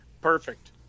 Perfect